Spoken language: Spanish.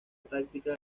táctica